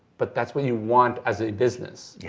but that's what you want as a business, yeah